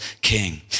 King